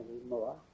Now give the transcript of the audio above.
anymore